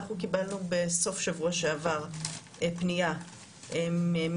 אנחנו קיבלנו בסוף שבוע שעבר פניה מגורמי